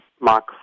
Mark